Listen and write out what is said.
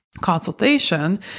consultation